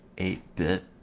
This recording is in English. eight bit